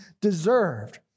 deserved